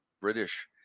British